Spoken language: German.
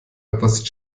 etwas